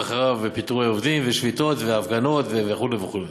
אחריו פיטורי עובדים ושביתות והפגנות וכו' וכו'.